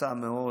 חרוצה מאוד,